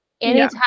Anytime